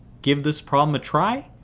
give this problem a try,